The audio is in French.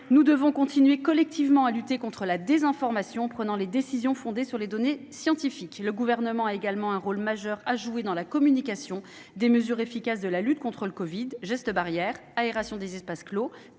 Nous devons continuer, collectivement, à lutter contre la désinformation, en prenant des décisions fondées sur les données scientifiques. Le Gouvernement a également un rôle majeur à jouer dans la communication des mesures efficaces de lutte contre le covid : gestes barrières, aération des espaces clos,